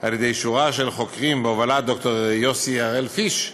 על ידי שורה של חוקרים בהובלת ד"ר יוסי הראל-פיש,